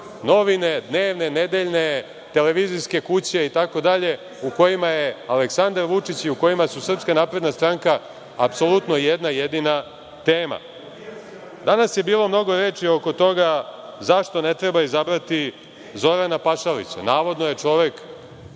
dnevne novine, nedeljne, televizijske kuće, itd, u kojima je Aleksandar Vučić i u kojima su SNS apsolutno jedna jedina tema. Danas je bilo mnogo reči oko toga zašto ne treba izabrati Zorana Pašalića. Navodno je čovek